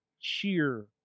cheer